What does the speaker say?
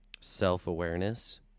self-awareness